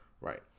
right